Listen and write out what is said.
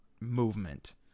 movement